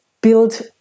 build